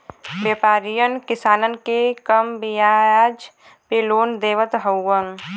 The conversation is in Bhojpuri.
व्यापरीयन किसानन के कम बियाज पे लोन देवत हउवन